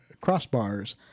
crossbars